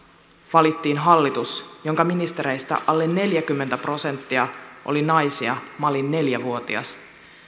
valittiin hallitus jonka ministereistä alle neljäkymmentä prosenttia oli naisia minä olin neljä vuotias